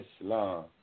Islam